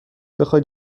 بخوای